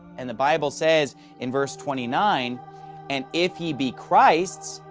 and the bible says in verse twenty nine and if ye be christ's,